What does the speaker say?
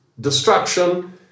destruction